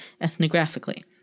ethnographically